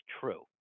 true